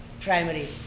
primary